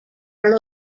are